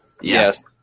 Yes